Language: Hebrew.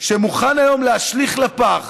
שמוכן היום להשליך לפח